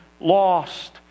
lost